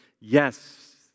yes